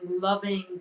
loving